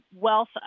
wealth